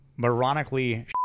moronically